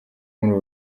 muri